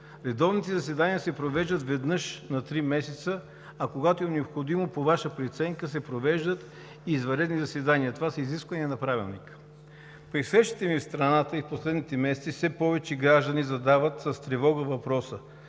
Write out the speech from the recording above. Редовните заседания се провеждат веднъж на три месеца, а когато е необходимо, по Ваша преценка се провеждат извънредни заседания. Това са изисквания на Правилника. При срещите ми в страната и в последните месеци все повече граждани задават с тревога въпроса: